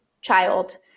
child